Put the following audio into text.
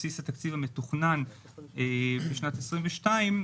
לעומת בסיס התקציב המתוכנן בשנת 2022,